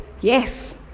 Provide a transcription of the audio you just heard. Yes